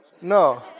No